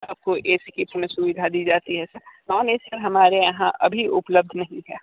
आपको A C की इसमें सुविधा दी जाती है सर नॉन ए सी का हमारे यहां अभी उपलब्ध नहीं है